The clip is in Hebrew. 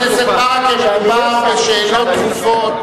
חבר הכנסת ברכה, מדובר בשאלות דחופות.